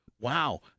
Wow